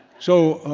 so,